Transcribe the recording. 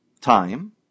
Time